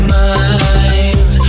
mind